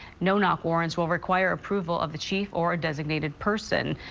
no-knock warrants will require approval of the chief or a designated person.